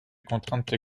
contraintes